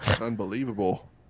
Unbelievable